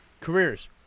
Careers